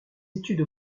études